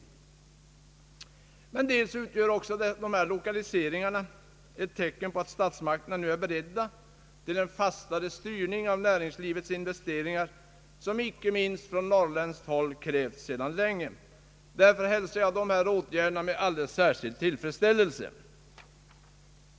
För det andra utgör dessa lokaliseringar ett tecken på att statsmakterna nu är beredda till en fastare styrning av näringslivets investeringar, som inte minst från Norrland krävts sedan länge. Därför hälsar jag dessa åtgärder med alldeles särskild tillfredsställelse.